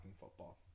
football